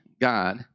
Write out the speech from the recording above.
God